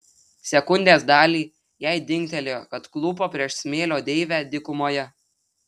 sekundės dalį jai dingtelėjo kad klūpo prieš smėlio deivę dykumoje